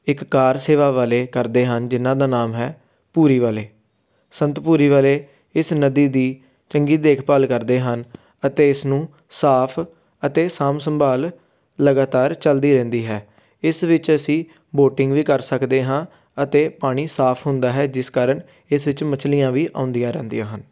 ਇੱਕ ਕਾਰ ਸੇਵਾ ਵਾਲੇ ਕਰਦੇ ਹਨ ਜਿਨ੍ਹਾਂ ਦਾ ਨਾਮ ਹੈ ਭੂਰੀ ਵਾਲੇ ਸੰਤ ਭੂਰੀ ਵਾਲੇ ਇਸ ਨਦੀ ਦੀ ਚੰਗੀ ਦੇਖਭਾਲ ਕਰਦੇ ਹਨ ਅਤੇ ਇਸ ਨੂੰ ਸਾਫ਼ ਅਤੇ ਸਾਂਭ ਸੰਭਾਲ ਲਗਾਤਾਰ ਚਲਦੀ ਰਹਿੰਦੀ ਹੈ ਇਸ ਵਿੱਚ ਅਸੀਂ ਵੋਟਿੰਗ ਵੀ ਕਰ ਸਕਦੇ ਹਾਂ ਅਤੇ ਪਾਣੀ ਸਾਫ਼ ਹੁੰਦਾ ਹੈ ਜਿਸ ਕਾਰਨ ਇਸ ਵਿੱਚ ਮਛਲੀਆਂ ਵੀ ਆਉਂਦੀਆਂ ਰਹਿੰਦੀਆਂ ਹਨ